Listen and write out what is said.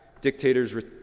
Dictators